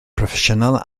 broffesiynol